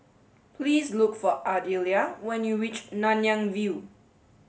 please look for Ardelia when you reach Nanyang View